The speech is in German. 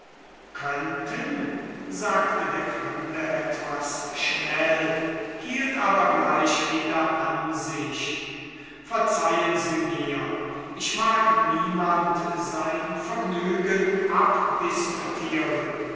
könnten sagte der fremde etwas schnell hielt aber gleich wieder an sich verzeihen sie mir ich mag niemand sein vergnügen